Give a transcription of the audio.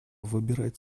выбирать